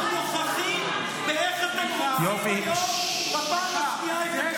אנחנו נוכחים באיך אתם רומסים היום בפעם השנייה --- יופי.